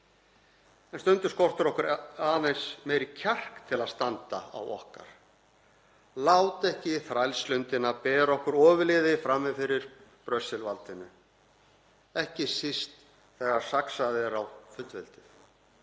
En stundum skortir okkur aðeins meiri kjark til að standa á okkar, láta ekki þrælslundina bera okkur ofurliði frammi fyrir Brussel-valdinu, ekki síst þegar saxað er á fullveldið.